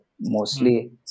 mostly